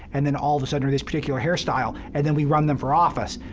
and then all of a sudden, or this particular hairstyle, and then we run them for office.